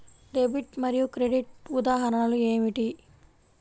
Debit మరియు credit ఉదాహరణలు ఏమిటీ?